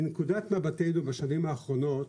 מנקודת מבטנו בשנים האחרונות,